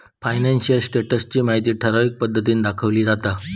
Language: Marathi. फायनान्शियल स्टेटस ची माहिती ठराविक पद्धतीन दाखवली जाता